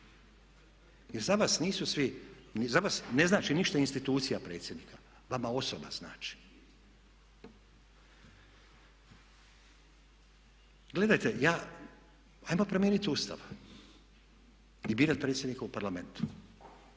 jer za vas nisu svi, za vas ne znači ništa institucija predsjednika, vama osoba znači. Gledajte ja, ajmo promijeniti Ustav i birati predsjednika u Parlamentu.